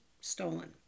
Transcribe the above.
stolen